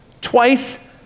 Twice